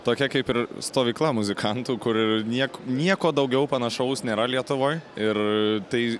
tokia kaip ir stovykla muzikantų kur niek nieko daugiau panašaus nėra lietuvoj ir tai